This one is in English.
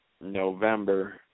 November